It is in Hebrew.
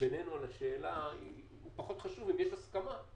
בינינו על השאלה הוא פחות חשוב אם יש הסכמה,